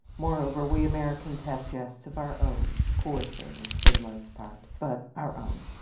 moreover, we americans have jests of our own poor things for the most part, but our own.